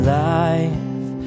life